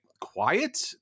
quiet